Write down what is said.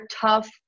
tough